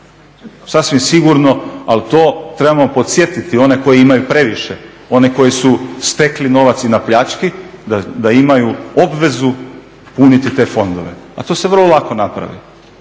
Sasvim sigurno ali to trebamo podsjetiti one koji imaju previše, one koji su stekli novac i na pljački da imaju obvezu puniti te fondove a to se vrlo lako napravi,